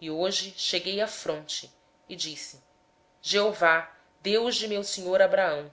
e hoje cheguei à fonte e disse senhor deus de meu senhor abraão